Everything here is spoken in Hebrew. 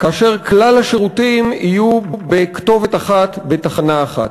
כאשר כלל השירותים יהיו בכתובת אחת, בתחנה אחת.